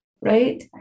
right